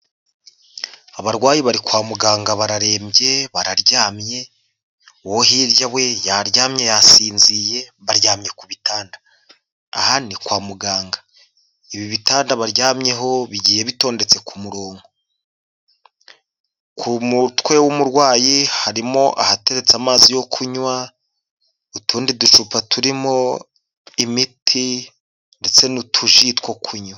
Abarwayi bari kwa muganga bararembye bararyamye, uwo hirya we yaryamye yasinziye. Baryamye ku bitanda; aha ni kwa muganga. Ibi bitanda baryamyeho bigiye bitonde ku murongo, ku mutwe w'umurwayi harimo ahateretse amazi yo kunywa, utundi ducupa turimo imiti ndetse n'utuji two kunywa.